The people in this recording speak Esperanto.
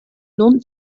nun